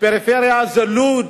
פריפריה זה לוד,